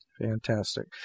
Fantastic